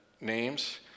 names